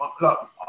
look